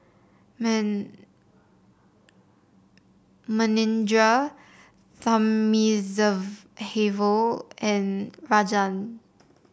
Man Manindra Thamizhavel and Rajan